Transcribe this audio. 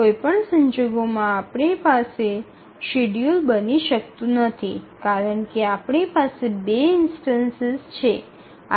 કોઈ પણ સંજોગોમાં આપણી પાસે શેડ્યૂલ બની શકતું નથી કારણ કે આપણી પાસે ૨ ઇન્સ્ટનસિસ છે